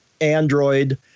Android